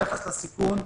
ביחס לסיכון,